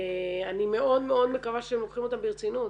אני מאוד מאוד מקווה שהם לוקחים אותם ברצינות.